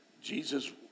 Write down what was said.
Jesus